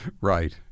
Right